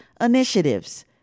initiatives